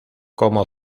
como